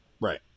Right